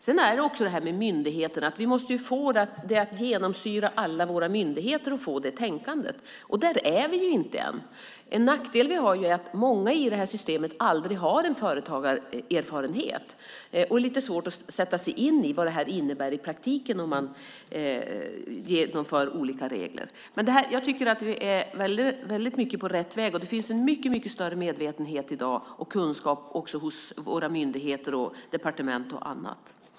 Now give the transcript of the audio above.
Det handlar också om det här med myndigheterna. Vi måste få detta att genomsyra alla våra myndigheter, så att de får det tänkandet. Där är vi inte än. En nackdel är att många i det här systemet inte har en företagarerfarenhet. De har lite svårt att sätta sig in i vad det innebär i praktiken om man genomför olika regler. Men jag tycker att vi är på rätt väg. Och det finns en mycket större medvetenhet och kunskap i dag, också hos våra myndigheter och departement och andra.